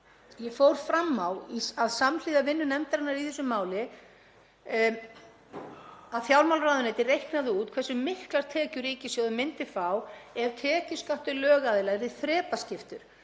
Ég fór fram á að samhliða vinnu nefndarinnar í þessu máli myndi fjármálaráðuneytið reikna út hversu miklar tekjur ríkissjóður myndi fá ef tekjuskattur lögaðila yrði þrepaskiptur